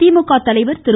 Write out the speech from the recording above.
திமுக தலைவர் திரு